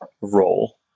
role